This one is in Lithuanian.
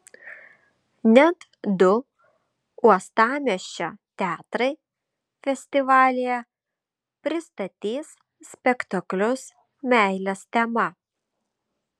net du uostamiesčio teatrai festivalyje pristatys spektaklius meilės tema